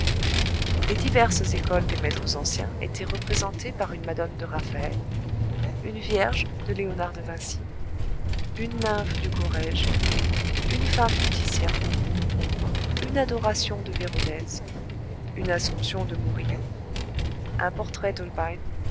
les diverses écoles des maîtres anciens étaient représentées par une madone de raphaël une vierge de léonard de vinci une nymphe du corrège une femme du titien une adoration de véronèse une assomption de murillo un portrait